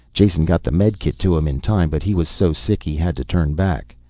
jason got the medikit to him in time, but he was so sick he had to turn back.